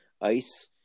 ice